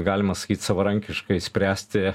galima sakyt savarankiškai spręsti